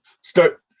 start